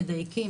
מדייקים,